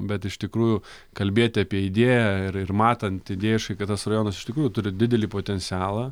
bet iš tikrųjų kalbėti apie idėją ir ir matant idėjiškai kad tas rajonas iš tikrųjų turi didelį potencialą